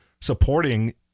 supporting